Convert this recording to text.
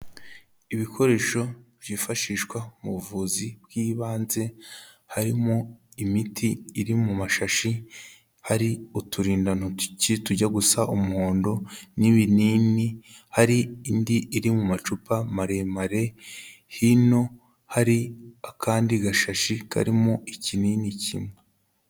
Ibikoresho byifashishwa mu buvuzi bw'ibanze, harimo imiti iri mu mashashi, hari uturindantoki tujya gusa umuhondo n'ibinini, hari indi iri mu macupa maremare, hino hari akandi gashashi karimo ikinini kimwe.